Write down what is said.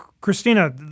Christina